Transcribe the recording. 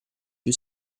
più